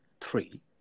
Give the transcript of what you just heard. three